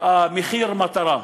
מחיר מטרה.